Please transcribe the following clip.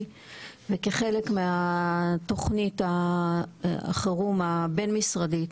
וכחלק מהתוכנית החירום הבין-משרדית